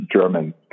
German